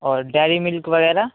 اور ڈیری ملک وغیرہ